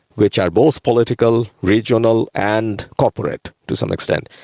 which are both political, regional and corporate to some extent.